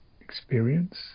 experience